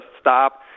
stop